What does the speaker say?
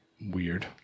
weird